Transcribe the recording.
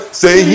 say